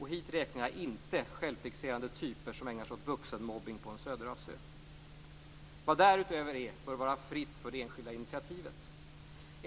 Hit räknar jag inte självfixerade typer som ägnar sig åt vuxenmobbning på en Söderhavsö. Vad därutöver är bör vara fritt för det enskilda initiativet.